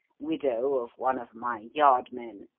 widow of one of my yard men,